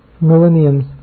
millenniums